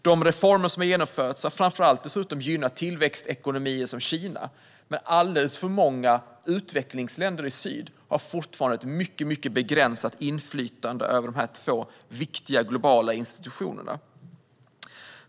De reformer som har genomförts har framför allt gynnat tillväxtekonomier som Kina, men alldeles för många utvecklingsländer i syd har fortfarande ett mycket begränsat inflytande över de här två viktiga, globala institutionerna.